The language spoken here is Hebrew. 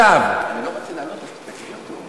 עכשיו, אני לא רוצה לעלות, אבל תקני אותו.